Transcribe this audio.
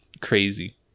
crazy